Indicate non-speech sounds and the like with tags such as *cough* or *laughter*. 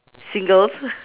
singles *laughs*